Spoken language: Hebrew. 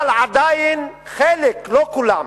אבל עדיין חלק, לא כולם,